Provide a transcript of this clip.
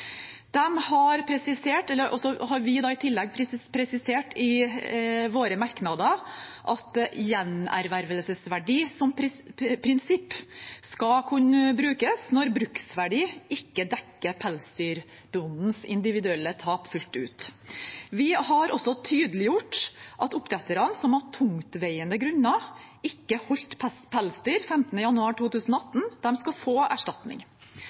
Vi har i tillegg presisert i våre merknader at gjenervervsverdi som prinsipp skal kunne brukes når bruksverdien ikke dekker pelsdyrbondens individuelle tap fullt ut. Vi har også tydeliggjort at oppdrettere som av tungtveiende grunner ikke holdt pelsdyr 15. januar 2018, skal få erstatning.